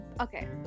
Okay